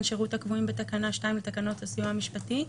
שירות הקבועים בתקנה 2 לתקנות הסיוע המשפטי,